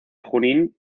junín